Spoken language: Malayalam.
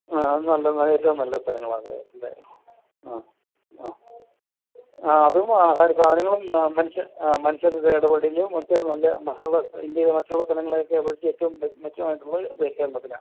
ആ നല്ല ഏറ്റവും നല്ല സ്ഥലങ്ങളാണ് അത് അ അ ആ അതും ആഹാര സാധനങ്ങളും ആ ആ മനുഷ്യരുടെ ഇടപെടലും ഒക്കെ നല്ല മറ്റുള്ള ഇന്ത്യേയിലെ മറ്റുള്ള സ്ഥലങ്ങളൊക്കെ അപേക്ഷിച്ചു ഏറ്റവും മെച്ചമായിട്ടുള്ളത് കേരളത്തിലാണ്